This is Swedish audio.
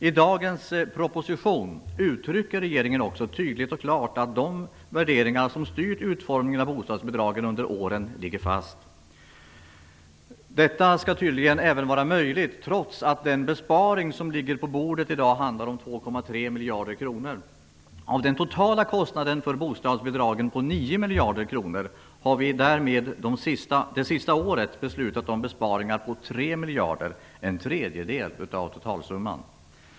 I dagens proposition uttrycker regeringen också tydligt och klart att de värderingar som styrt utformningen av bostadsbidragen under åren ligger fast. Detta skall tydligen även vara möjligt trots att den besparing som föreslås handlar om 2,3 miljarder kronor. Av den totala kostnaden för bostadsbidragen på 9 miljarder kronor har vi därmed det senaste året besluta om besparingar på 3 miljarder kronor, en tredjedel av totalsumman.